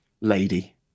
Lady